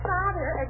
Father